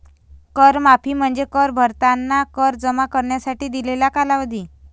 कर माफी म्हणजे कर भरणाऱ्यांना कर जमा करण्यासाठी दिलेला कालावधी